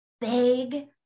big